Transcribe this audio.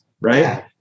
right